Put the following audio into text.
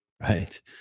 Right